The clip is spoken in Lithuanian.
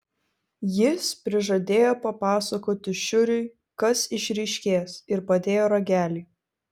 jis prižadėjo papasakoti šiuriui kas išryškės ir padėjo ragelį